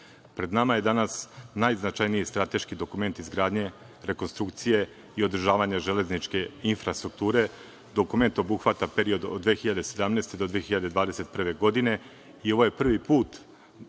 nama je danas najznačajniji strateški dokument izgradnje rekonstrukcije i održavanje železničke infrastrukture. Dokument obuhvata period od 2017. godine do 2021. godine i ovo je prvi put